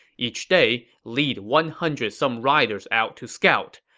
each day, lead one hundred some riders out to scout.